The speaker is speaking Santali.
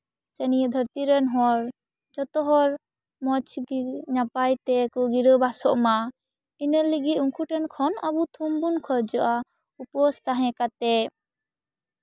ᱥᱮ ᱱᱤᱭᱟᱹ ᱫᱷᱟᱹᱨᱛᱤ ᱨᱮᱱ ᱦᱚᱲ ᱡᱚᱛᱚ ᱦᱚᱲ ᱢᱚᱡᱽ ᱜᱮ ᱱᱟᱯᱟᱭ ᱛᱮᱠᱚ ᱜᱤᱨᱟᱹ ᱵᱟᱥᱚᱜᱼᱢᱟ ᱤᱱᱟᱹᱞᱟᱹᱜᱤᱫ ᱩᱱᱠᱩ ᱴᱷᱮᱱ ᱠᱷᱚᱱ ᱟᱵᱚ ᱛᱷᱩᱢ ᱵᱚᱱ ᱠᱷᱚᱡᱚᱜᱼᱟ ᱩᱯᱟᱹᱥ ᱛᱟᱦᱮᱸ ᱠᱟᱛᱮ